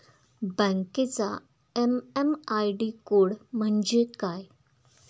बँकेचा MM ID code म्हणजे काय?